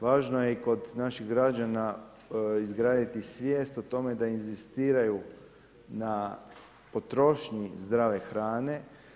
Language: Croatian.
Važno je i kod naših građana izgraditi svijest o toe da inzistiraju na potrošnji zdrave hrane.